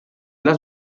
les